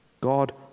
God